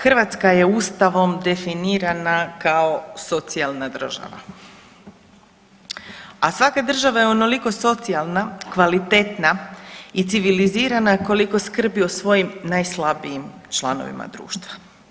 Hrvatske je Ustavom definirana kao socijalna država, a svaka država je onoliko socijalna, kvalitetna i civilizirana koliko skrbi o svojim najslabijim članovima društva.